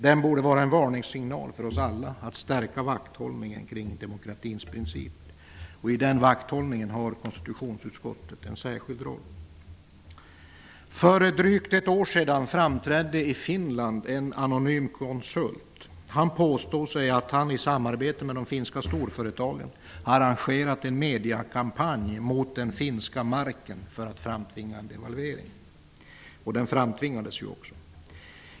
Det borde vara en varningssignal för oss alla att stärka vakthållningen kring demokratins principer. I den vakthållningen har konstitutionsutskottet en särskild roll. För drygt ett år sedan framträdde i Finland en anonym konsult. Han påstod att han i samarbete med de finska storföretagen arrangerat en mediekampanj mot den finska marken för att framtvinga en devalvering. En sådan framtvingades ju också.